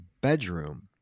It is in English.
bedroom